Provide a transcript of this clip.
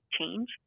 change